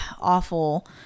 awful